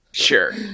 Sure